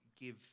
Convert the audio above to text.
give